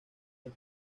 del